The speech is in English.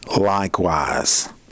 Likewise